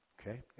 okay